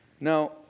now